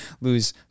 lose –